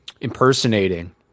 impersonating